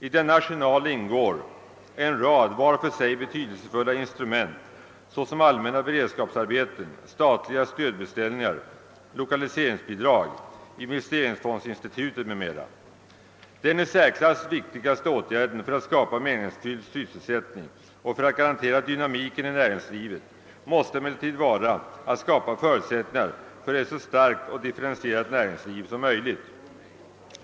I den arsenalen ingår en rad var för sig betydelsefulla instrument: allmänna beredskapsarbeten, statliga stödbeställningar, lokaliseringsbidrag, investeringsfondsinstitutet m.m. Den i särklass viktigaste åtgärden för att skapa meningsfylld sysselsättning och för att garantera dynamiken i näringslivet måste emellertid vara att skapa förutsättningar för ett så starkt och differentierat näringsliv som möjligt.